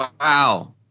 wow